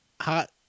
hot